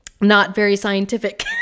not-very-scientific